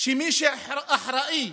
שמי שאחראי